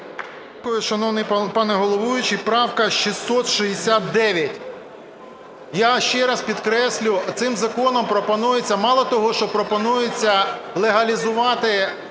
Дякую. Шановний пане головуючий, правка 669, я ще раз підкреслю, цим законом пропонується мало того, що пропонується легалізувати